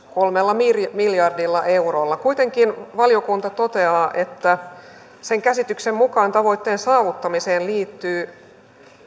kolmella miljardilla eurolla kuitenkin valiokunta toteaa että sen käsityksen mukaan tavoitteen saavuttamiseen liittyy